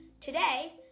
Today